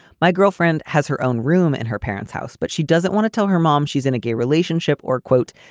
my girlfriend has her own room in her parents house, but she doesn't want to tell her mom she's in a gay relationship or quote,